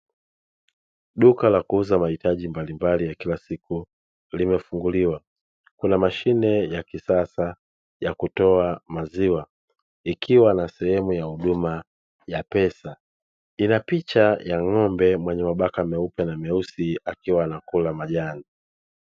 Duka la kuuza mahitaji mbalimbali ya kila siku, limefunguliwa kuna mashine ya kisasa ya kutoa maziwa ikiwa na sehemu ya huduma ya pesa, ina picha ya ng'ombe mwenye mabaka myeupe na meusi, akiwa anakula majani.